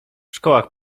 szkołach